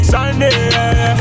Sunday